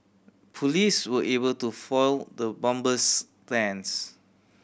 police were able to foil the bomber's plans